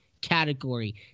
Category